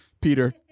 Peter